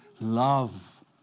love